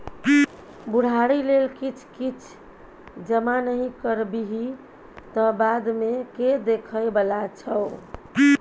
बुढ़ारी लेल किछ किछ जमा नहि करबिही तँ बादमे के देखय बला छौ?